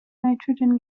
nitrogen